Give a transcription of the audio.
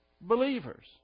believers